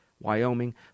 Wyoming